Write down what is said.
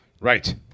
Right